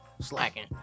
Slacking